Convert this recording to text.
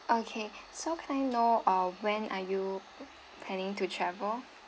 okay so can I know uh when are you planning to travel